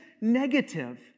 negative